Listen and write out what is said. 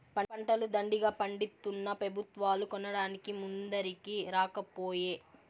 పంటలు దండిగా పండితున్నా పెబుత్వాలు కొనడానికి ముందరికి రాకపోయే